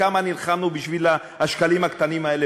כמה נלחמנו בשביל השקלים הקטנים האלה,